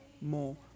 more